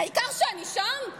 העיקר שאני שם?